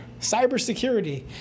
cybersecurity